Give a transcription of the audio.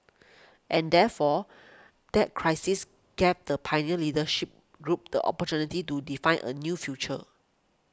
and therefore that crisis gave the pioneer leadership group the opportunity to define a new future